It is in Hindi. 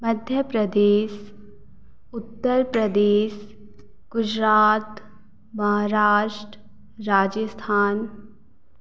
मध्य प्रदेश उत्तर प्रदेश गुजरात महाराष्ट्र राजस्थान